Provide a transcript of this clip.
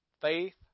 faith